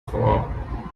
vor